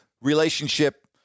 relationship